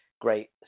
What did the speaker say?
great